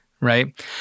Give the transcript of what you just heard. right